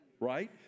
right